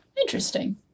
Interesting